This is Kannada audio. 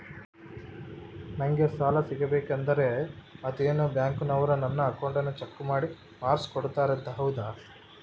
ನಂಗೆ ಸಾಲ ಸಿಗಬೇಕಂದರ ಅದೇನೋ ಬ್ಯಾಂಕನವರು ನನ್ನ ಅಕೌಂಟನ್ನ ಚೆಕ್ ಮಾಡಿ ಮಾರ್ಕ್ಸ್ ಕೋಡ್ತಾರಂತೆ ಹೌದಾ?